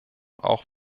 auch